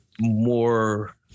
more